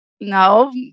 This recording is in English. no